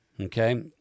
Okay